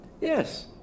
Yes